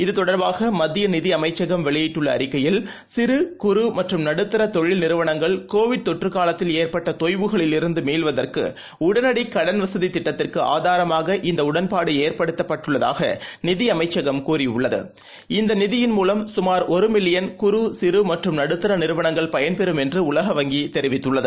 இது தொடர்பாகமத்தியநிதிஅமைச்சகம் வெளியிட்டுள்ளஅறிக்கையில் குற சிறுமற்றும் நடுத்தரதொழில் நிறவன்ஙகள் கோவிட் தொற்றுகாலத்தில் ஏற்பட்டதொய்வுகளிலிருந்துமீள்வதற்குடடனடிகடன் வசதிதிட்டத்திற்குஆதாரமாக இந்தஉடன்பாடுஏற்படுத்தப்பட்டுள்ளதாகநிதியமைச்சகம் கூறியுள்ளது இந்தநிதியின் மூலம் சுமார் ஒருமில்லியன் குறு சிறுமற்றும் நடுத்தரநிறுவனங்கள் பயன் பெறும் என்றுஉலக வங்கிதெரிவித்துள்ளது